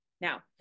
Now